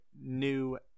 new